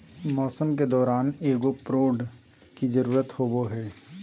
मौसम के दौरान एगो प्रोड की जरुरत होबो हइ